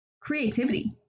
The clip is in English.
creativity